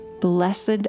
Blessed